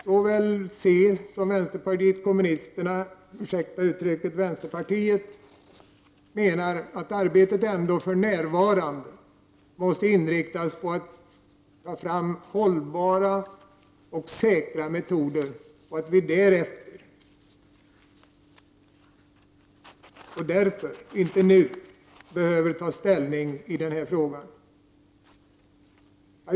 Såväl centerpartiet som vänsterpartiet menar att arbetet för närvarande måste inriktas på att ta fram hållbara och säkra metoder och att vi därför inte nu behöver ta ställning i denna fråga.